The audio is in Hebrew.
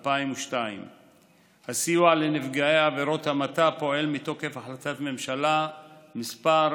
2002. הסיוע לנפגעי עבירות המתה פועל מתוקף החלטת ממשלה מס'